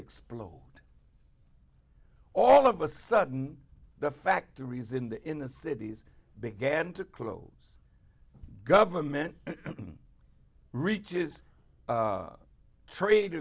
explode all of a sudden the factories in the in the cities began to close government reaches trade